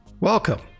Welcome